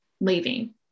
leaving